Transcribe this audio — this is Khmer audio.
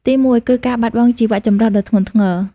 ទីមួយគឺ ការបាត់បង់ជីវចម្រុះ ដ៏ធ្ងន់ធ្ងរ។